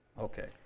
Okay